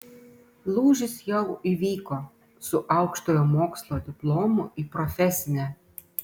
lūžis jau įvyko su aukštojo mokslo diplomu į profesinę